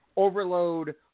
overload